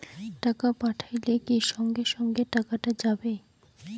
টাকা পাঠাইলে কি সঙ্গে সঙ্গে টাকাটা যাবে?